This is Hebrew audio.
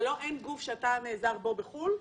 אין גוף שאתה נעזר בו בחו"ל,